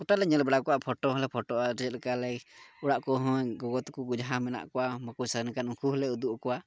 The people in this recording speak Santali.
ᱜᱳᱴᱟ ᱞᱮ ᱧᱮᱞ ᱵᱟᱲᱟ ᱠᱚᱣᱟ ᱯᱷᱳᱴᱳ ᱦᱚᱸᱞᱮ ᱯᱷᱳᱴᱳᱜᱼᱟ ᱪᱮᱫ ᱞᱮᱠᱟ ᱞᱮ ᱚᱲᱟᱜ ᱠᱚᱦᱚᱸ ᱜᱚᱜᱚ ᱛᱟᱠᱚ ᱡᱟᱦᱟᱸᱭ ᱢᱮᱱᱟᱜ ᱠᱚᱣᱟ ᱵᱟᱠᱚ ᱥᱮᱱ ᱠᱟᱱ ᱩᱱᱠᱩ ᱦᱚᱸᱞᱮ ᱩᱫᱩᱜ ᱟᱠᱚᱣᱟ